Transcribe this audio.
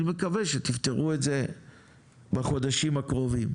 אני מקווה שתפתרו את זה בחודשים הקרובים,